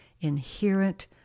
inherent